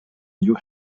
new